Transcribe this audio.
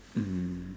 um